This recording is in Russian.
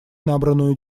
набранную